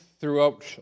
throughout